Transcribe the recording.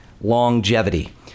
longevity